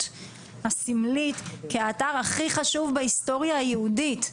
הסמלית כאתר הכי חשוב בהיסטוריה היהודית.